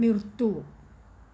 നിർത്തൂ